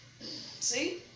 See